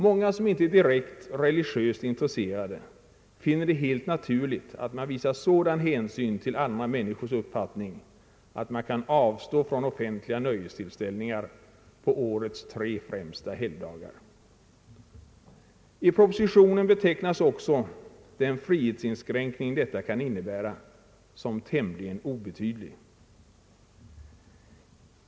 Många som inte är direkt religiöst intresserade finner det helt naturligt att man visar sådan hänsyn till andra människors uppfattning att man kan avstå från offentliga nöjestillställningar på årets tre främsta helgdagar. I propositionen betecknas också den frihetsinskränkning detta kan innebära som tämligen obetydlig.